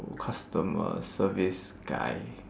customer service guy